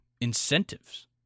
incentives